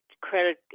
credit